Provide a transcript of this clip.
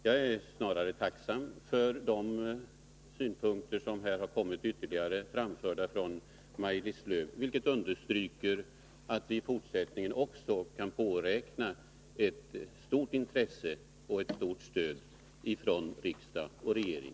Jag är snarare tacksam för de ytterligare synpunkter som Maj-Lis Lööw har fört fram, vilka också understryker att vi även i fortsättningen kan påräkna stort intresse och stöd från riksdag och regering.